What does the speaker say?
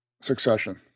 succession